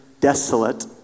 desolate